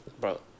bro